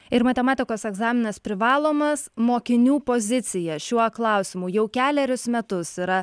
ir matematikos egzaminas privalomas mokinių pozicija šiuo klausimu jau kelerius metus yra